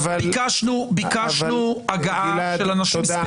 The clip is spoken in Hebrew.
ביקשנו הגעה של אנשים ספציפיים,